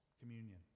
communion